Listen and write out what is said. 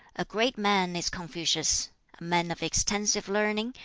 a great man is confucius a man of extensive learning,